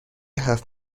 هفت